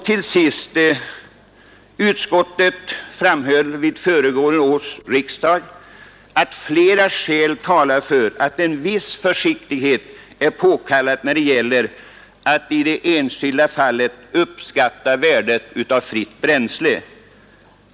Till sist: Utskottet framhöll vid föregående års riksdag att flera skäl talar för att en viss försiktighet är påkallad när det gäller att i det enskilda fallet uppskatta värdet av fritt bränsle.